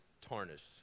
tarnished